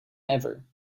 ever